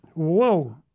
Whoa